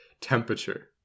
temperature